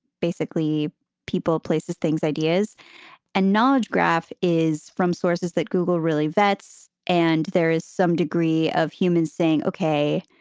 basically people, places, things, ideas and knowledge. graph is from sources that google really that's and there is some degree of humans saying, ok,